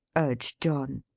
urged john.